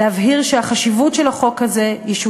להבהיר שהחשיבות של החוק הזה היא שהוא